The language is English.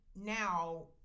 now